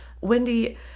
Wendy